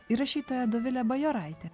ir rašytoja dovilė bajoraitė